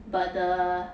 but the